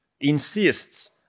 insists